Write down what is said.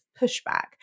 pushback